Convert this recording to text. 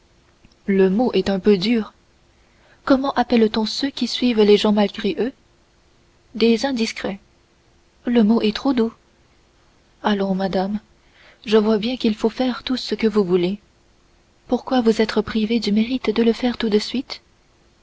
le mot est un peu dur comment appelle-t-on ceux qui suivent les gens malgré eux des indiscrets le mot est trop doux allons madame je vois bien qu'il faut faire tout ce que vous voulez pourquoi vous être privé du mérite de le faire tout de suite